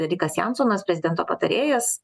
rikas jansonas prezidento patarėjas